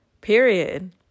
Period